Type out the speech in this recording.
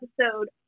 episode